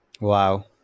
Wow